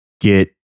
get